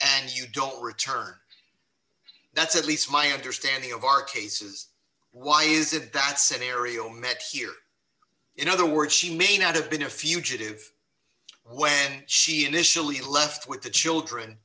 and you don't return that's at least my understanding of our cases why is it that scenario met here in other words she may not have been a fugitive when she initially left with the children